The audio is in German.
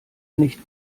nicht